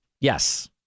Yes